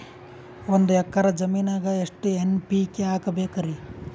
ಒಂದ್ ಎಕ್ಕರ ಜಮೀನಗ ಎಷ್ಟು ಎನ್.ಪಿ.ಕೆ ಹಾಕಬೇಕರಿ?